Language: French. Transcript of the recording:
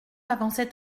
avançait